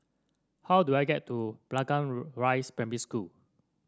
how do I get to Blangah Rise Primary School